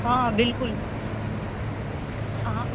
हाँ बिलकुल अहाँ